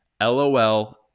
LOL